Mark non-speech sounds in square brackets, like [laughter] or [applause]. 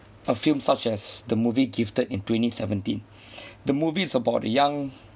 a film such as the movie gifted in twenty seventeen [breath] the movie's about a young